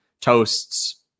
toasts